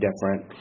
different